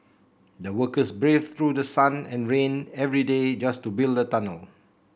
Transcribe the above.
the workers braved through the sun and rain every day just to build the tunnel